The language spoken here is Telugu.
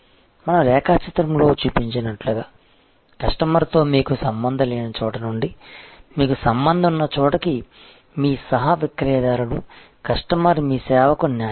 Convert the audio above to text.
మనం రేఖాచిత్రంలో చూపించినట్లుగా కస్టమర్తో మీకు సంబంధం లేని చోట నుండి మీకు సంబంధం ఉన్న చోటకు మీ సహ విక్రయదారుడు కస్టమర్ మీ సేవకు న్యాయవాది